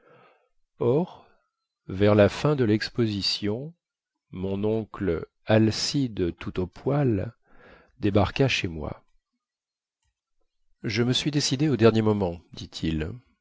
vers la fin de lexposition mon oncle alcide toutaupoil débarqua chez moi je me suis décidé au dernier moment dit-il